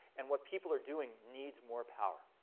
and what people are doing needs more power,